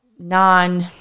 non